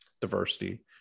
diversity